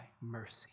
mercy